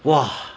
!wah!